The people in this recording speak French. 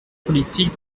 politique